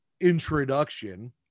introduction